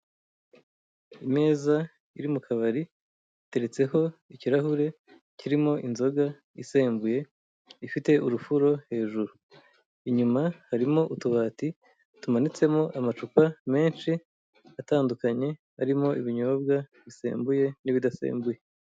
Imeza iri mukabari iteretseho ikirahure, kirimo inzoga isembuye ifite urufuro hejuru. Inyuma harimo utubati tumanitsemo amacupa menshi atandukanye arimo ibinyobwa bisembuye n'ibidasembuye.